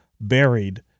buried